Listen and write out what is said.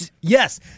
yes